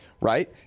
right